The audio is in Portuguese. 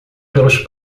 pelos